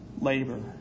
labor